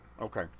Okay